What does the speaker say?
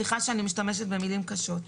סליחה שאני משתמשת במלים קשות.